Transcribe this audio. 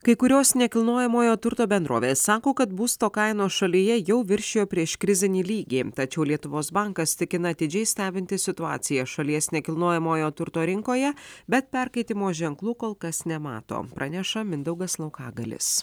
kai kurios nekilnojamojo turto bendrovės sako kad būsto kainos šalyje jau viršijo prieškrizinį lygį tačiau lietuvos bankas tikina atidžiai stebintis situaciją šalies nekilnojamojo turto rinkoje bet perkaitimo ženklų kol kas nemato praneša mindaugas laukagalis